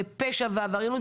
ופשע ועבריינות,